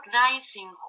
recognizing